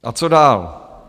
A co dál?